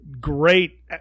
great